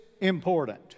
important